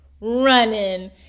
running